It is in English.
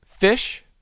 Fish